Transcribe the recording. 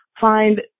find